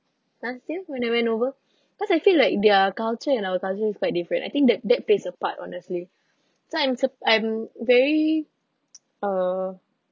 last year when I went over cause I feel like their culture and our culture is quite different I think that that plays a part honestly so I'm so I'm very uh